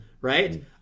right